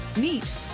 meet